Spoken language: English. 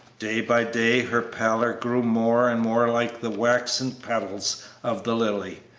day by day her pallor grew more and more like the waxen petals of the lily,